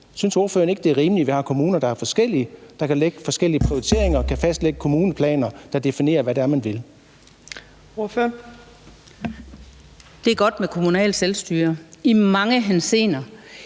det er rimeligt, at vi har kommuner, der er forskellige, kan lave forskellige prioriteringer og kan fastlægge kommuneplaner, der definerer, hvad det er, man vil? Kl. 18:09 Fjerde næstformand (Trine